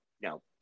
No